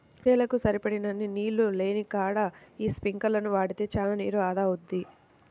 చేలకు సరిపడినన్ని నీళ్ళు లేనికాడ యీ స్పింకర్లను వాడితే చానా నీరు ఆదా అవుద్ది